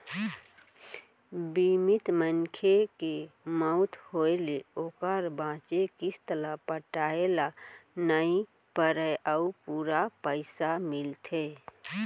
बीमित मनखे के मउत होय ले ओकर बांचे किस्त ल पटाए ल नइ परय अउ पूरा पइसा मिलथे